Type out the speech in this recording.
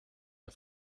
der